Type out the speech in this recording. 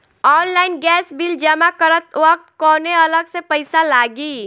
Online gas bill जमा करत वक्त कौने अलग से पईसा लागी?